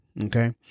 okay